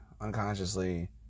unconsciously